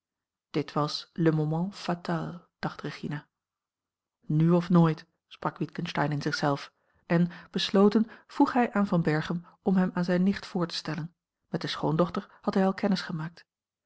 dit was le moment fatal dacht regina nu of nooit sprak witgensteyn in zichzelf en besloten vroeg hij aan van berchem om hem aan zijne nicht voor te stellen met de schoondochter had hij al kennis gemaakt